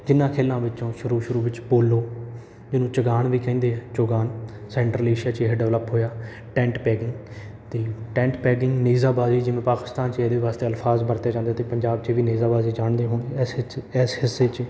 ਜਿਹਨਾਂ ਖੇਲਾਂ ਵਿੱਚੋਂ ਸ਼ੁਰੂ ਸ਼ੁਰੂ ਵਿੱਚ ਪੋਲੋ ਜਿਹਨੂੰ ਚੁਗਾਣ ਵੀ ਕਹਿੰਦੇ ਆ ਚੁਗਾਣ ਸੈਂਟਰਲ ਏਸ਼ੀਆ 'ਚ ਇਹ ਡਿਵਲਪ ਹੋਇਆ ਟੈਂਟ ਪੈੱਗਿੰਗ ਅਤੇ ਟੈਂਟ ਪੈੱਗਿੰਗ ਨੇਜਾਬਾਜ਼ੀ ਵੀ ਜਿਵੇਂ ਪਾਕਿਸਤਾਨ 'ਚ ਇਹਦੇ ਵਾਸਤੇ ਅਲਫਾਜ਼ ਵਰਤੇ ਜਾਂਦੇ ਅਤੇ ਪੰਜਾਬ 'ਚ ਵੀ ਨੇਜਾਬਾਜੀ ਜਾਣਦੇ ਹੋਣ ਇਸ 'ਚ ਇਸ ਹਿੱਸੇ 'ਚ